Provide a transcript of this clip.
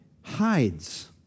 hides